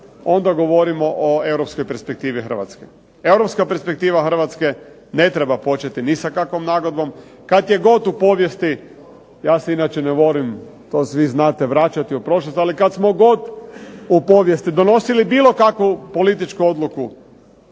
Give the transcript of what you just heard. onda govorimo o europskoj perspektivi Hrvatske. Europska perspektiva Hrvatske ne treba početi ni sa kakvom nagodbom. Kad je god u povijesti, ja se inače ne volim to svi znate vraćati u prošlost. Ali kad smo god u povijesti donosili bilo kakvu političku odluku